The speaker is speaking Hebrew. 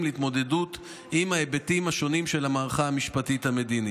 להתמודדות עם ההיבטים השונים של המערכה המשפטית המדינית.